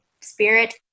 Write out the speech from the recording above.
spirit